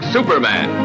Superman